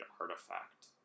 artifact